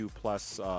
plus